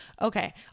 okay